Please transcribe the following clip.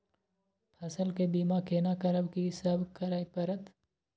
फसल के बीमा केना करब, की सब करय परत?